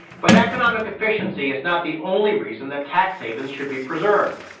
but economic efficiency is not the only reason that tax havens should be preserved.